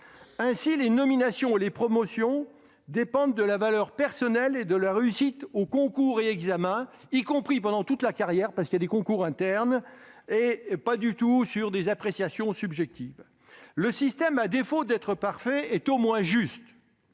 Ainsi, les nominations et les promotions dépendent de la valeur personnelle et de la réussite aux concours et examens- y compris pendant toute la carrière, car il existe des concours internes -et non d'appréciations subjectives. Le système, à défaut d'être parfait, est au moins juste.